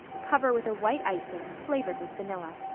cover with a white icing, flavored with vanilla.